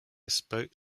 spoke